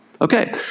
okay